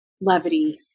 levity